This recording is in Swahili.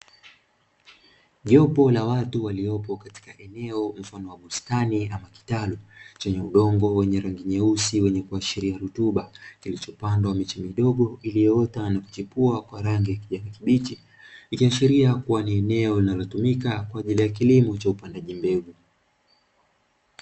Jopo la watu waliopo katika eneo la bustani, la udongo wenye rangi nyeusi wenye kuashiria rutuba kilichopandwa miche midogo iliyoota ni kuchipua kwa rangi ya kibichi, ikiashiria kuwa ni eneo linalotumika kwa ajili ya kilimo cha upandaji mbegu.